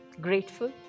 grateful